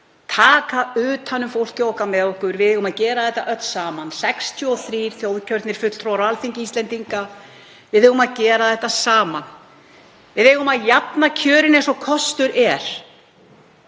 taka utan um fólkið okkar og með okkur. Við eigum að gera þetta öll saman, 63 þjóðkjörnir fulltrúar á Alþingi Íslendinga. Við eigum að gera þetta saman. Við eigum að jafna kjörin eins og kostur er.